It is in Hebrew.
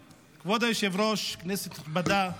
היושב-ראש, כנסת נכבדה,